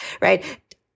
right